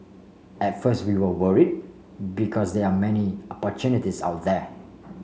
at first we were worried because there are many opportunists out there